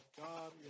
God